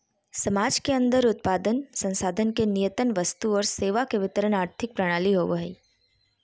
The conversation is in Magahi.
समाज के अन्दर उत्पादन, संसाधन के नियतन वस्तु और सेवा के वितरण आर्थिक प्रणाली होवो हइ